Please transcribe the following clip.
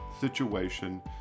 situation